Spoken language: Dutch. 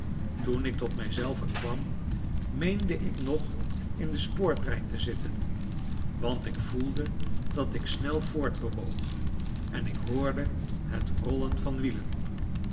toen ik tot mij zelven kwam meende ik nog in den spoortrein te zitten want ik voelde dat ik snel voortbewoog en ik hoorde het rollen van wielen